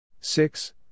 six